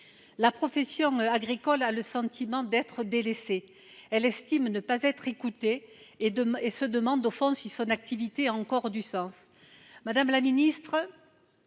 La profession agricole a le sentiment d’être délaissée. Elle estime ne pas être écoutée et se demande si son activité a encore du sens. La colère